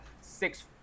six